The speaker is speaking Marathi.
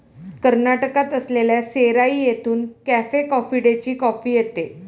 कर्नाटकात असलेल्या सेराई येथून कॅफे कॉफी डेची कॉफी येते